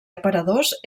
aparadors